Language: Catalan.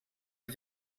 els